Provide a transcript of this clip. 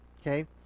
Okay